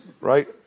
Right